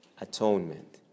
atonement